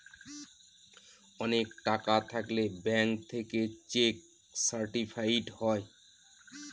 অনেক টাকা থাকলে ব্যাঙ্ক থেকে চেক সার্টিফাইড হয়